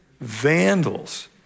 vandals